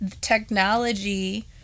technology